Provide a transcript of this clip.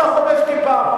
אתה חובש כיפה,